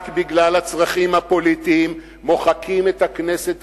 רק בגלל הצרכים הפוליטיים מוחקים את הכנסת,